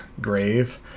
grave